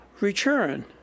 return